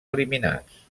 eliminats